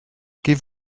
give